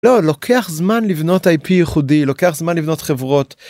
לוקח זמן לבנות אייפי ייחודי.לוקח זמן לבנות חברות.